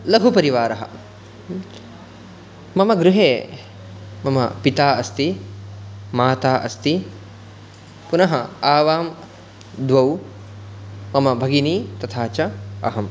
लघुपरिवारः मम गृहे मम पिता अस्ति माता अस्ति पुनः आवां द्वौ मम भगिनी तथा च अहं